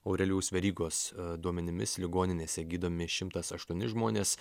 aurelijaus verygos duomenimis ligoninėse gydomi šimtas aštuoni žmonės